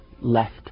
left